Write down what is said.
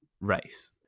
race